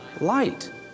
light